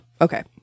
okay